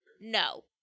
No